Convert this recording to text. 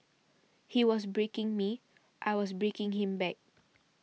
he was breaking me I was breaking him back